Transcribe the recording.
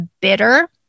bitter